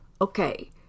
Okay